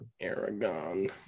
Aragon